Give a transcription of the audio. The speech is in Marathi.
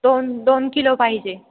दोन दोन किलो पाहिजे